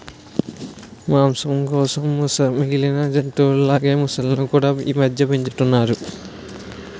మాంసం కోసం మిగిలిన జంతువుల లాగే మొసళ్ళును కూడా ఈమధ్య పెంచుతున్నారు